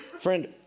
Friend